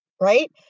right